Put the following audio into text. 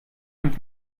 nimmt